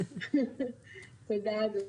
תודה אדוני.